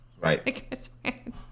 Right